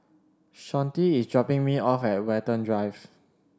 Shawnte is dropping me off at Watten Drive